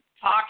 talk